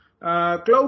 Cloud